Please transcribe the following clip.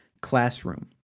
classroom